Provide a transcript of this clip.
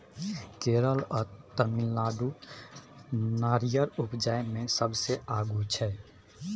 केरल आ तमिलनाडु नारियर उपजाबइ मे सबसे आगू छै